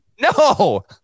No